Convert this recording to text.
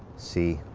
see.